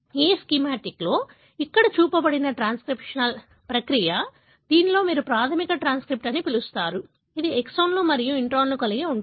ఈ స్కీమాటిక్లో ఇక్కడ చూపబడినది ట్రాన్స్క్రిప్షనల్ ప్రక్రియ దీనిలో మీరు ప్రాథమిక ట్రాన్స్క్రిప్ట్ అని పిలుస్తారు ఇది ఎక్సోన్లు మరియు ఇంట్రాన్లను కలిగి ఉంటుంది